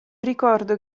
ricordo